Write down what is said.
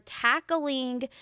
tackling